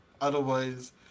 otherwise